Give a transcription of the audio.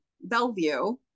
Bellevue